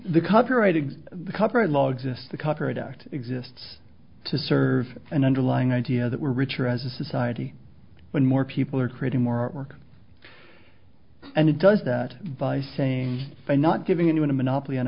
act exists to serve an underlying idea that we're richer as a society when more people are creating more artwork and it does that by saying by not giving anyone a monopoly on